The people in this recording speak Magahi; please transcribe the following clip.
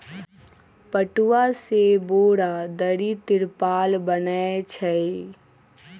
पटूआ से बोरा, दरी, तिरपाल बनै छइ